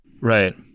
Right